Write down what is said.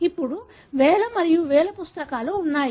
ఇప్పుడు వేల మరియు వేల పుస్తకాలు ఉన్నాయి